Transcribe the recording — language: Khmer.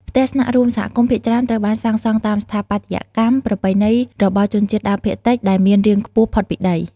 ផ្ទះស្នាក់រួមសហគមន៍ភាគច្រើនត្រូវបានសាងសង់តាម ស្ថាបត្យកម្ម ប្រពៃណីរបស់ជនជាតិដើមភាគតិច ដែលមានរាងខ្ពស់ផុតពីដី។